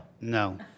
no